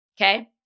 Okay